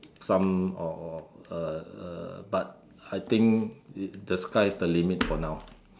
some or err but I think it the sky is the limit for now